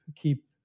keep